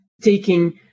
taking